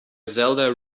zelda